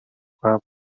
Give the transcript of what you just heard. тухай